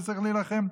וצריך להילחם.